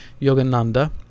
yogananda